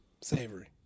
Savory